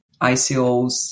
icos